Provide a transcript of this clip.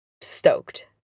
stoked